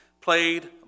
played